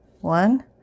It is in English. One